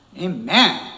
Amen